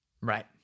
Right